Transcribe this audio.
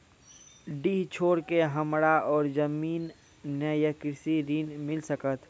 डीह छोर के हमरा और जमीन ने ये कृषि ऋण मिल सकत?